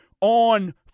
on